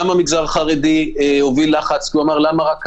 גם המגזר החרדי הוביל לחץ ואמר: למה רק אני?